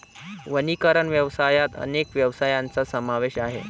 वनीकरण व्यवसायात अनेक व्यवसायांचा समावेश आहे